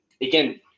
again